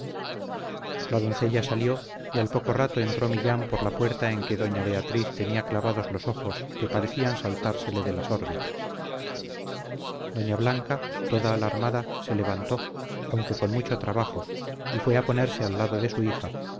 la doncella salió y al poco rato entró millán por la puerta en que doña beatriz tenía clavados los ojos que parecían saltársele de las órbitas doña blanca toda alarmada se levantó aunque con mucho trabajo y fue a ponerse al lado de su hija